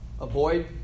Avoid